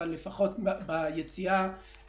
ואם לא אז לפחות ביציאה מהסגר,